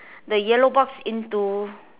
the yellow box into